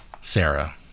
Sarah